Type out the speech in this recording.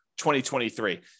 2023